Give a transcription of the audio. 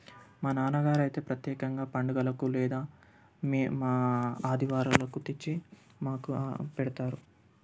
మా నాన్నగారు అయితే ప్రత్యేకంగా పండుగలకు లేదా మే మా ఆదివారాలకు తెచ్చి మాకు పెడతారు